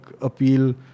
appeal